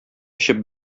эчеп